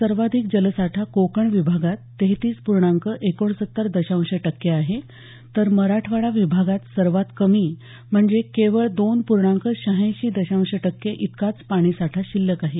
सर्वाधिक जलसाठा कोकण विभागात तेहतीस पूर्णांक एकोणसत्तरदशांश टक्के आहे तर मराठवाडा विभागात सर्वात कमी म्हणजे केवळ दोन पूर्णांक शहाऐंशी दशांश टक्के इतकाच पाणीसाठा शिल्लक आहे